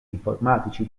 informatici